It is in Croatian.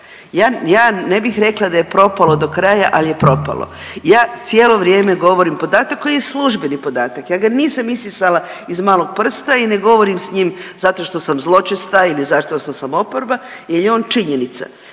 ja ne bih rekla da je propalo do kraja, al je propalo. Ja cijelo vrijeme govorim podatak koji je službeni podatak, ja ga nisam isisala iz malog prsta i ne govorim s njim zato što sam zločesta ili zato što sam oporba jel je on činjenica.